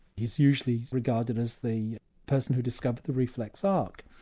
he's usually regarded as the person who discovered the reflex arc.